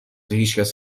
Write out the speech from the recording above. هیچکس